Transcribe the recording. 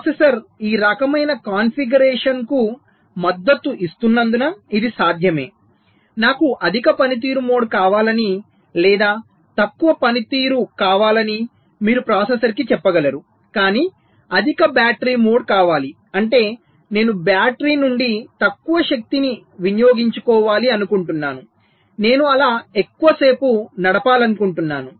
processor ఈ రకమైన కాన్ఫిగరేషన్కు మద్దతు ఇస్తున్నందున ఇది సాధ్యమే నాకు అధిక పనితీరు మోడ్ కావాలని లేదా తక్కువ పనితీరు కావాలని మీరు ప్రాసెసర్కు చెప్పగలరు కాని అధిక బ్యాటరీ మోడ్ కావాలి అంటే నేను బ్యాటరీ నుండి తక్కువ శక్తిని వినియోగించాలనుకుంటున్నాను నేను అలా ఎక్కువసేపు నడపాలనుకుంటున్నాను